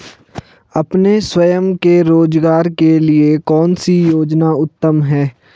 अपने स्वयं के रोज़गार के लिए कौनसी योजना उत्तम है?